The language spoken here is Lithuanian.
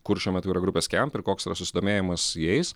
kur šiuo metu yra grupė skemp ir koks yra susidomėjimas jais